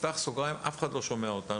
פתח סוגריים אף אחד לא שומע אותנו: